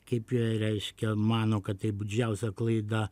kaip jie reiškia mano kad tai bu didžiausia klaida